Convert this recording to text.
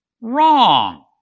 Wrong